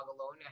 alone